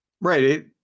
Right